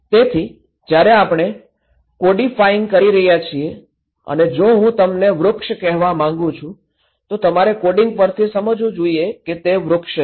તેથી જ્યારે આપણે કોડીફાઇંગ કરી રહ્યા છીએ અને જો હું તમને વૃક્ષ કહેવા માગું છું તો તમારે કોડીંગ પરથી સમજવું જોઈએ કે તે વૃક્ષ છે